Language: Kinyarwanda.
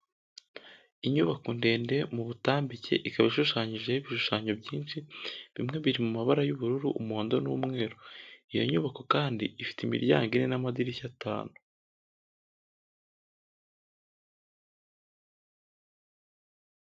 Inyubako ndende m'ubutambike, ikaba ishushanyijeho ibishushanyo byinshi, bimwe biri mu mabara y'ubururu, umuhondo n'umweru. Iyo nyubako kandi ifite imiryango ine n'amadirishya atanu.